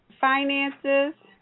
Finances